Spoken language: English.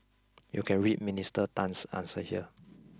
you can read Minister Tan's answer here